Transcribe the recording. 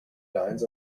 lines